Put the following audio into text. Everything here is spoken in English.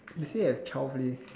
they say have twelve leh